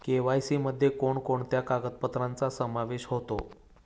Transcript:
KYC मध्ये कोणकोणत्या कागदपत्रांचा समावेश होतो?